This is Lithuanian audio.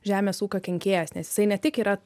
žemės ūkio kenkėjas nes jisai ne tik yra